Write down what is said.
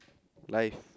life